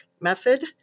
method